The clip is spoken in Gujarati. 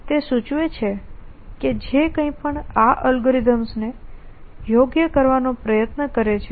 તે સૂચવે છે કે જે કંઈપણ આ એલ્ગોરિધમ્સને યોગ્ય કરવાનો પ્રયાસ કરે છે